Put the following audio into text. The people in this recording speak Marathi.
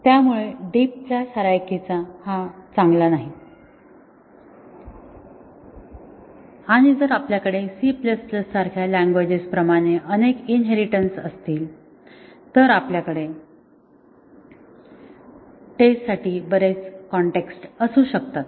त्यामुळे डीप क्लास हिरारची हा चांगलानाही आणि जर आपल्याकडे C सारख्या लँग्वेज प्रमाणे अनेक इनहेरिटेन्स असतील तर आपल्याकडे टेस्ट साठी बरेच कॉन्टेक्सट असू शकतात